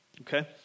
Okay